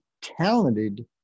talented